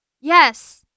Yes